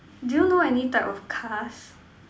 do you know any type of cars